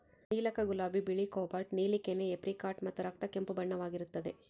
ನೀಲಕ ಗುಲಾಬಿ ಬಿಳಿ ಕೋಬಾಲ್ಟ್ ನೀಲಿ ಕೆನೆ ಏಪ್ರಿಕಾಟ್ ಮತ್ತು ರಕ್ತ ಕೆಂಪು ಬಣ್ಣವಾಗಿರುತ್ತದೆ